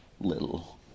little